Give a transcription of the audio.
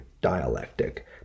dialectic